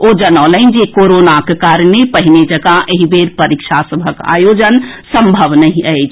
ओ जनौलनि जे कोरोनाक कारणे पहिने जकां एहि बेर परीक्षा सभक आयोजन संभव नहि अछि